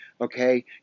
Okay